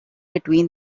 between